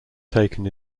taken